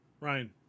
Ryan